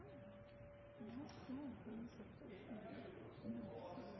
Det var kloke ord. Det